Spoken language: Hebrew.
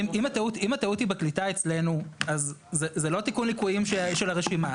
אם הטעות היא בקליטה אצלנו אז זה לא תיקון ליקויים של הרשימה.